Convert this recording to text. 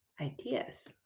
ideas